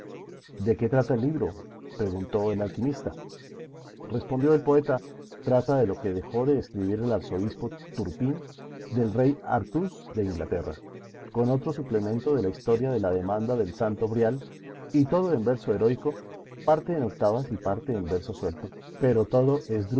de qué trata el libro preguntó el alquimista respondió el poeta trata de lo que dejó de escribir el arzobispo turpín del rey artús de inglaterra con otro suplemento de la historia de la demanda del santo brial y todo en verso heroico parte en octavas y parte en verso suelto pero todo